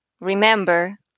remember